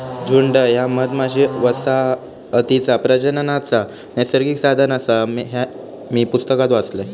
झुंड ह्या मधमाशी वसाहतीचा प्रजननाचा नैसर्गिक साधन आसा, ह्या मी पुस्तकात वाचलंय